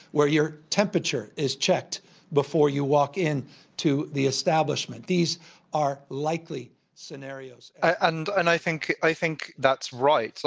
where your temperature is checked before you walk in to the establishment. these are likely scenarios and and i think i think that's right. so